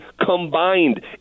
combined